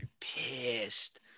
pissed